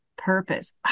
purpose